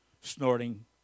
snorting